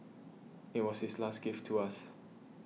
it was his last gift to us